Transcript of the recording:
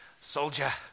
soldier